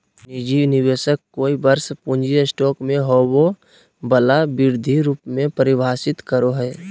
निजी निवेशक कोय वर्ष पूँजी स्टॉक में होबो वला वृद्धि रूप में परिभाषित करो हइ